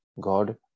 God